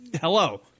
Hello